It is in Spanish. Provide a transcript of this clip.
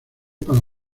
para